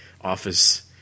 office